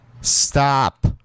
Stop